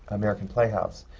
american playhouse.